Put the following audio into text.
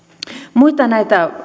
muita näitä